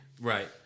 Right